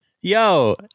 Yo